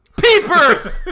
Peepers